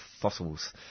fossils